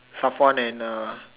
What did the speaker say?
Safwan and uh